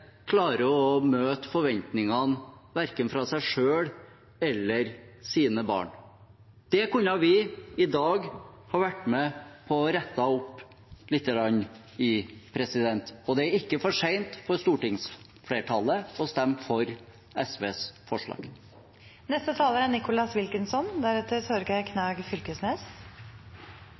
å møte forventningene verken fra seg selv eller fra sine barn. Det kunne vi i dag ha vært med på å rette opp lite grann, og det er ikke for sent for stortingsflertallet å stemme for SVs forslag. Det er